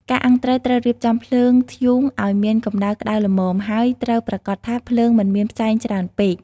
ការអាំងត្រីត្រូវរៀបចំ ភ្លើងធ្យូង ឲ្យមានកម្ដៅក្តៅល្មម ហើយត្រូវប្រាកដថាភ្លើងមិនមានផ្សែងច្រើនពេក។